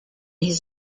his